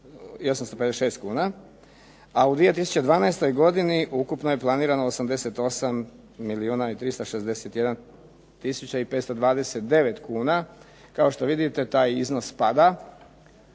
856 kuna, a u 2012. godini ukupno je planirano 88 milijuna i 361 tisuća i 529 kuna. Kao što vidite taj iznos pada